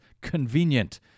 Convenient